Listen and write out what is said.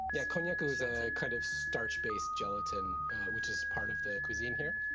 yeah, konnyaku is a kind of starch-based gelatin which is part of the cuisine here.